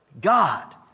God